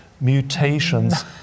mutations